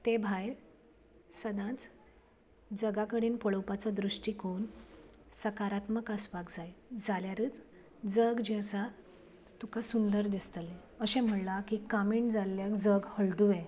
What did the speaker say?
तें भायर सदांच जगा कडेन पळोवपाचो दृश्टीकोण सकारात्मक आसपाक जाय जाल्यारच जग जे आसा तुका सुंदर दिसतले अशे म्हणला की कामिण जाल्याक जग हळडूवें